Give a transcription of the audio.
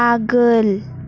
आगोल